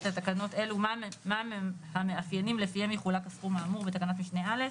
לתקנות אלו מהם המאפיינים לפיהם יחולק הסכום האמור בתקנת משנה (א).